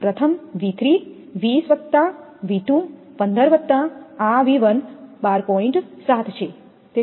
પ્રથમ V3 20 વત્તા V2 15 વત્તા આ V1 12